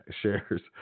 shares